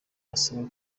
asaba